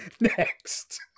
next